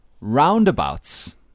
roundabouts